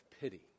pity